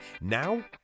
Now